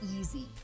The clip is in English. easy